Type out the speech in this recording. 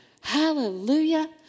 Hallelujah